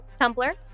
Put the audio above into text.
Tumblr